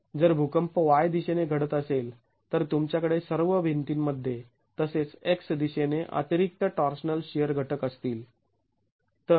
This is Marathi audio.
जर भूकंप y दिशेने घडत असेल तर तुमच्याकडे सर्व भिंतीमध्ये तसेच x दिशेने अतिरिक्त टॉर्शनल शिअर घटक असतील